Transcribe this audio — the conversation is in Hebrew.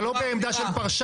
אתה לא בעמדה של פרשן.